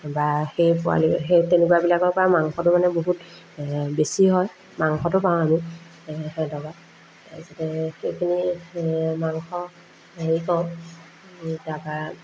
বা সেই পোৱালি সেই তেনেকুৱাবিলাকৰপৰা মাংসটো মানে বহুত বেছি হয় মাংসটো পাওঁ আমি এই সেহেঁতৰপৰা তাপিছতে সেইখিনি মাংস হেৰি কৰোঁ তাৰপৰা